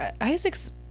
Isaac's